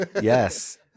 Yes